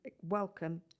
welcome